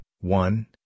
one